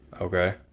Okay